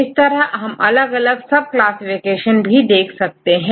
इस तरह बहुत सारी कैटेगरी है तो यदि आप प्रोटीन स्ट्रक्चर में इंटरेस्ट रखते हैं